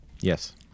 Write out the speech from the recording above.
Yes